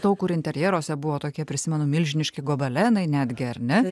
daug kur interjeruose buvo tokie prisimenu milžiniški gobelenai netgi ar ne